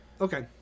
Okay